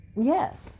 Yes